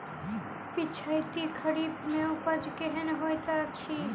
पिछैती खरीफ मे उपज केहन होइत अछि?